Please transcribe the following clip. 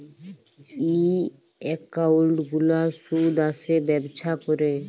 ই account গুলার সুদ আসে ব্যবছা ক্যরে